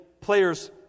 players